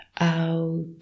out